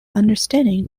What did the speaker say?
understanding